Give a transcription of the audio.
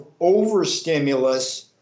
overstimulus